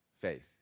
faith